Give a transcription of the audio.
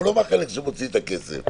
הוא לא מהחלק שמוציא את הכסף.